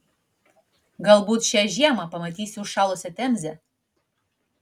galbūt šią žiemą pamatysiu užšalusią temzę